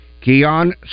Keon